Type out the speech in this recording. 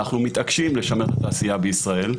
אנחנו מתעקשים לשמר את התעשייה בישראל.